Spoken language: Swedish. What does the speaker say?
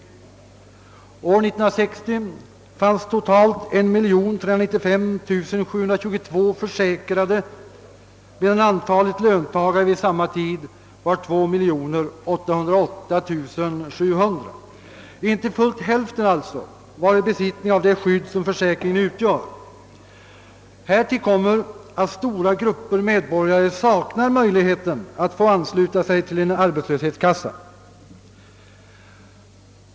År 1960 fanns totalt 1395 722 försäkrade, medan antalet löntagare vid samma tid var 2 808 700. Inte fullt hälften alltså var i besittning av det skydd som försäkringen utgör. Härtill kommer att stora grupper medborgare saknar möjlighet att få ansluta sig till en arbetslöshetskassa.